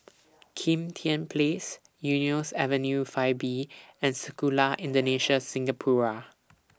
Kim Tian Place Eunos Avenue five B and Sekolah Indonesia Singapura